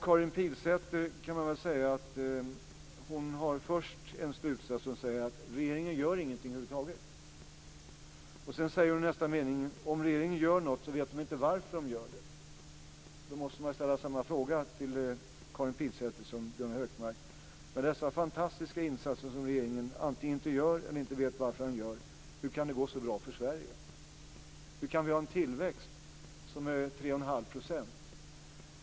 Karin Pilsäter drar först slutsatsen att regeringen inte gör någonting över huvud taget. Sedan säger hon i nästa mening: Om regeringen gör någonting vet regeringen inte varför man gör det. Då måste man ställa samma fråga till Karin Pilsäter som till Gunnar Hökmark. Med dessa fantastiska insatser som regeringen antingen inte gör eller inte vet varför man gör - hur kan det gå så bra för Sverige? Hur kan vi ha en tillväxt som är 31⁄2 %?